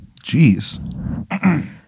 Jeez